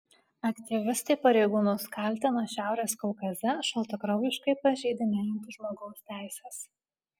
aktyvistai pareigūnus kaltina šiaurės kaukaze šaltakraujiškai pažeidinėjant žmogaus teises